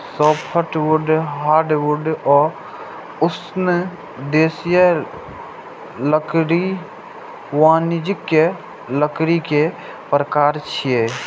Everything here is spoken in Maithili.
सॉफ्टवुड, हार्डवुड आ उष्णदेशीय लकड़ी वाणिज्यिक लकड़ी के प्रकार छियै